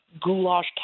goulash